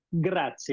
Grazie